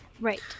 Right